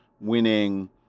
winning